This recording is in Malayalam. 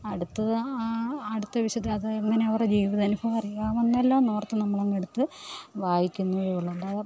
അടുത്തത് അടുത്ത വിശുദ്ധര അത് എങ്ങനെ അവരുടെ ജീവിത അനുഭവമറിയാമെന്നല്ലോയെന്നോര്ത്ത് നമ്മളങ്ങെടുത്ത് വായിക്കുന്നതേ ഉള്ളതെല്ലാതെ